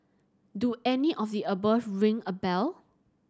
do any of the above ring a bell